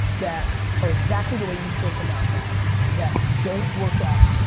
that are exactly the way you think about that that don't work out.